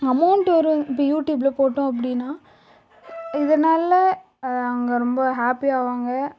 amount வரும் இப்போது யூடூப்பில் போட்டோம் அப்படினா இதனால அவங்க ரொம்ப ஹாப்பி ஆவாங்க